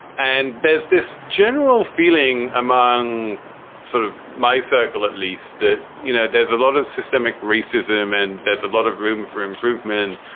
and there's this general feeling among sort of my circle at least, that, you know, there's a lot of systemic racism and there's a lot of room for improvement.